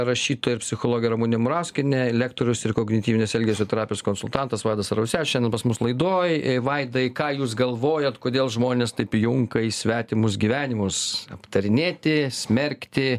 rašytoja ir psichologė ramunė murauskienė lektorius ir kognityvinės elgesio terapijos konsultantas vaidas arvasevičius šiandien pas mus laidoj vaidai ką jūs galvojat kodėl žmonės taip įjunka į svetimus gyvenimus aptarinėti smerkti